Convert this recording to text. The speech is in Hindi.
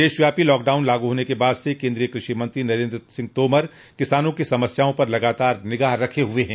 देशव्यापी लॉकडाउन लागू होने के बाद से केन्द्रीय कृषि मंत्रो नरेंद्र सिंह तोमर किसानों की समस्याओं पर लगातार निगाह रखे हुए हैं